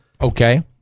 Okay